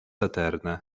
eterne